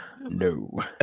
no